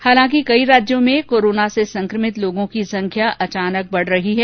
हालांकि कई राज्यों में कोरोना से संक्रमित लोगों की संख्या अचानक बढ रही है